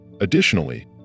Additionally